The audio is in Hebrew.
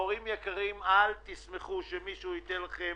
הורים יקרים, אל תסמכו שמישהו ייתן לכם